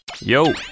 Yo